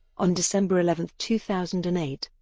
on december eleven, two thousand and eight,